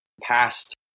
past